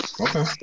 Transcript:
Okay